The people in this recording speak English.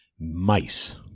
mice